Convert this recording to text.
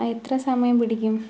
എത്ര സമയം പിടിക്കും